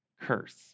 curse